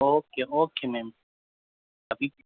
okay okay ma'am ابھی